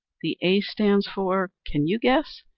the a stands for, can you guess?